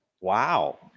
Wow